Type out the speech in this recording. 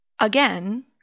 Again